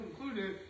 included